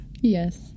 Yes